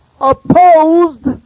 opposed